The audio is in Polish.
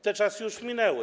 Te czasy już minęły.